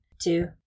two